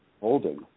holding